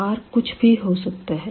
R कुछ भी हो सकता है